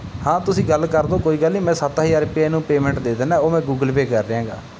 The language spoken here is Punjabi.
ਹਾਂ ਤੁਸੀਂ ਗੱਲ ਕਰ ਦਿਓ ਕੋਈ ਗੱਲ ਨਹੀਂ ਮੈਂ ਸੱਤ ਹਜ਼ਾਰ ਰੁਪਏ ਇਹ ਨੂੰ ਪੇਮੈਂਟ ਦੇ ਦਿੰਨਾ ਉਹ ਮੈਂ ਗੂਗਲ ਪੇ ਕਰ ਰਿਹਾ ਗਾ